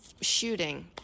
shooting